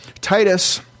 Titus